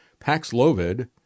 Paxlovid